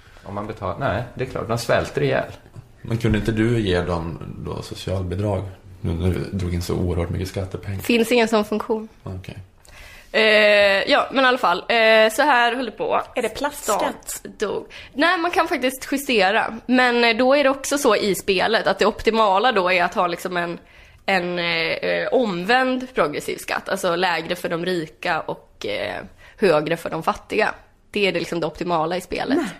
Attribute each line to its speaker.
Speaker 1: Om man betalar- nej, det är klart, de svälter ihjäl.
Speaker 2: Men kunde inte du ge dem då socialbidrag nu när du drog in så oerhört mycket skattepengar?
Speaker 3: Finns ingen sån funktion.
Speaker 2: Okej.
Speaker 3: Eh, ja, men i alla fall, eh, så här höll det på.
Speaker 4: Är det plastskatt?
Speaker 3: Staten dog. Nej, man kan faktiskt justera. Men, eh, då är det också så i spelet att det optimala då är att ha liksom en- en, eh, eh, omvänd progressiv skatt. Alltså lägre för de rika och, eh, högre för de fattiga. Det är det liksom det optimala i spelet.
Speaker 4: Nej.